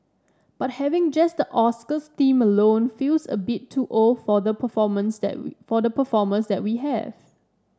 but having just the Oscars theme alone feels a bit too old for the performers that for the performers that we have